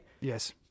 Yes